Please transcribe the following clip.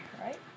right